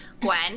Gwen